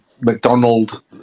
mcdonald